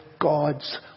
God's